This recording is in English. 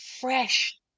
fresh